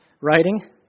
writing